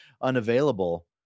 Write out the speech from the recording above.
unavailable